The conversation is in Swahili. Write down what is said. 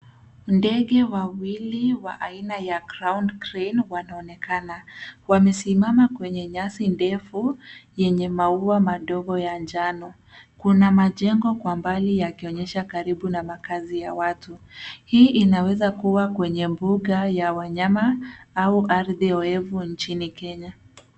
Ndege wa wawili wa aina ya crowned crane wanaonekana. Wamesimama kwenye nyasi ndefu yenye maua madogo ya njano. Kuna majengo kwa mbali yakionyesha karibu na makazi ya watu. Hii inaweza kuwa kwenye mbuga ya wanyama au ardhi oevu nchini Kenya.